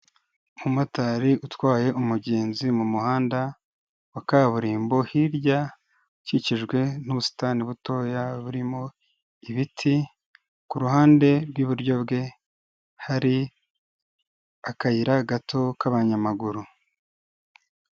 Umumotari utwaye umugenzi mu muhanda wa kaburimbo, hirya akikijwe n'ubusitani butoya burimo ibiti, ku ruhande rw'iburyo bwe hari akayira gato k'abanyamaguru.